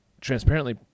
transparently